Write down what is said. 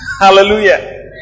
Hallelujah